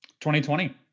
2020